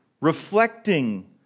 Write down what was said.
reflecting